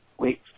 Wait